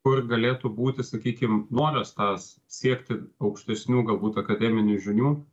kur galėtų būti sakykim noras tas siekti aukštesnių galbūt akademinių žinių